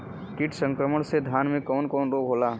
कीट संक्रमण से धान में कवन कवन रोग होला?